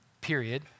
Period